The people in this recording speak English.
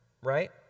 Right